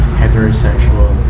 heterosexual